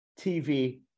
TV